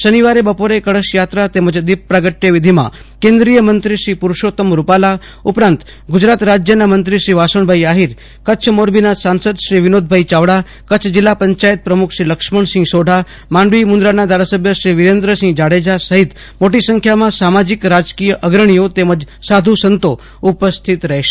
શનિવારે બપોરે કળશયાત્રા તેમજ દીપ પ્રાગટ્ય વિઘિમાં કેન્દ્રીયમંત્રી શ્રી પુરૂસોત્તમ ભાઈ રૂપાલા ઉપરાંત ગુજરાત રાજ્યના મંત્રી શ્રી વાસણભાઈ આફીર કરછ મોરબી નાં સાંસદ શ્રી વિનોદ ચાવડા કરછ પંચાયત પ્રમુખ શ્રી લક્ષમણસિંહ સોઢા માંડવી મુન્દ્રા ના ધારાસભ્ય શ્રી વીરેન્દ્રસિંફ જાડેજા સફીત મોટી સંખ્યા માં સામાજિક રાજકીય અગ્રણીઓ સાધુ સંતો ઉપસ્થિત રહેશે